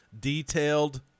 detailed